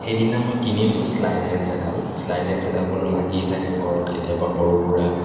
সেইদিনা মই কিনিলোঁ শ্লাইড ৰেঞ্চ এডাল শ্লাইড ৰেঞ্চ এডাল বোলো লাগিয়ে থাকে ঘৰত কেতিয়াবা সৰু সুৰা